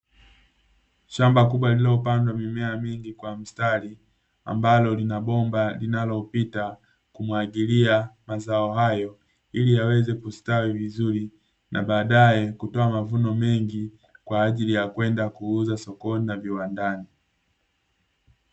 Shamba kubwa lililopandwa mimea mingi kwa mstari, ambalo lina bomba linalopita kumwagilia mazao hayo ili yaweze kustawi vizuri, na baadae kutoa mavuno mengi kwa ajili ya kwenda kuuza sokoni na viwandani.